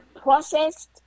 processed